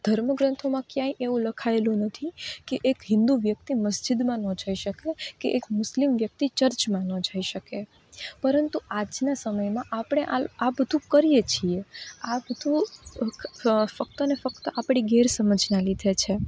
ધર્મગ્રંથોમાં ક્યાંય એવું લખાયેલું નથી કે એક હિન્દુ વ્યક્તિ મસ્જીદમાં ન જઈ શકે કે એક મુસ્લિમ વ્યક્તિ ચર્ચમાં ન જઈ શકે પરંતુ આજના સમયમાં આપણે આ બધું કરીએ છીએ આ આ બધું ફક્ત ફ્કતને આપણી ગેરસમજના લીધે છે